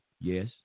Yes